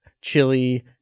chili